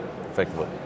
effectively